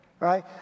Right